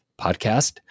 podcast